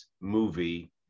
movie